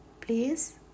please